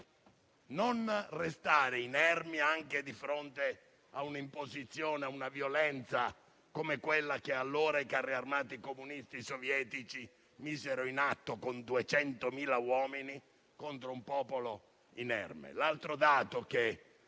non restare inermi anche di fronte a un'imposizione e a una violenza come quella che i carri armati comunisti sovietici misero allora in atto, con 200.000 uomini, contro un popolo inerme. L'altro dato che